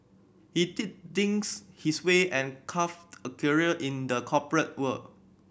he did things his way and carved a career in the corporate world